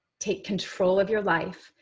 take control of your life,